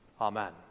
Amen